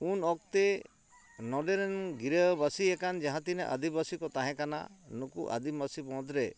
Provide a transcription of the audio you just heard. ᱩᱱᱼᱚᱠᱛᱮ ᱱᱚᱸᱰᱮᱨᱮᱱ ᱜᱤᱨᱟᱹᱵᱟᱹᱥᱤᱭᱟᱠᱟᱱ ᱡᱟᱦᱟᱸ ᱛᱤᱱᱟᱹᱜ ᱟᱹᱫᱤᱵᱟᱹᱥᱤ ᱠᱚ ᱛᱟᱦᱮᱸ ᱠᱟᱱᱟ ᱱᱩᱠᱩ ᱟᱹᱫᱤᱢᱵᱟᱹᱥᱤ ᱢᱩᱫᱽᱨᱮ